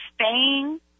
Spain